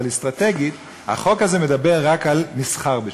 אבל אסטרטגית, החוק הזה מדבר רק על מסחר בשבת,